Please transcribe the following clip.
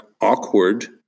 awkward